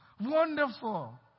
Wonderful